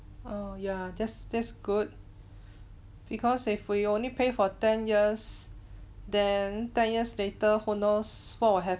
oh yeah that's that's good because if we only pay for ten years then ten years later who knows what will